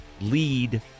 lead